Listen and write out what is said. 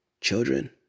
children